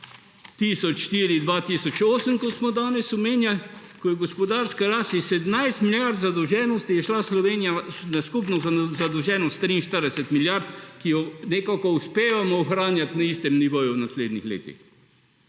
2004, 2008, ko smo danes omenjali, ko je gospodarska ras iz 17 milijard zadolženosti je šla Slovenija na skupno zadolženost 43 milijard, ki jo nekako uspevajo ohranjati na istem nivoju v naslednjih letih.